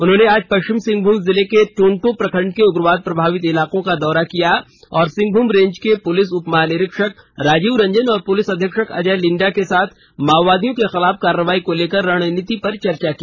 उन्होंने आज पश्चिम सिंहभूम जिले के टोंटो प्रखंड के उग्रवाद प्रभावित इलाकों का दौरा किया और सिंहभूम रेंज के पुलिस उप महानिरीक्षक राजीव रंजन और पुलिस अधीक्षक अजय लिंडा के साथ माओवादियों के खिलाफ कार्रवाई को लेकर रणनीति पर चर्चा की